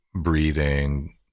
breathing